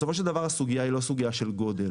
בסופו של דבר הסוגיה היא לא סוגיה של גודל